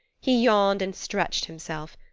he yawned and stretched himself.